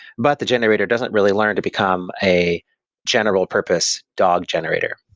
but the generator doesn't really learn to become a general-purpose dog generator,